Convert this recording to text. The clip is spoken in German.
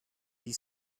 die